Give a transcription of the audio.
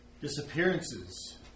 disappearances